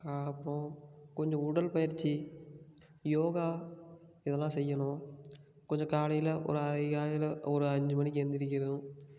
க அப்புறம் கொஞ்சம் உடல் பயிற்சி யோகா இதெல்லாம் செய்யணும் கொஞ்சம் காலையில் ஒரு அதிகாலையில் ஒரு அஞ்சு மணிக்கு எழுந்திரிக்கணும்